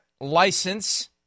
license